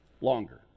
longer